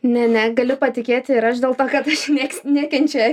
ne negaliu patikėti ir aš dėl to kad nieks nekenčia